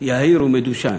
יהיר ומדושן?